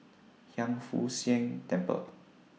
Hiang Foo Siang Temple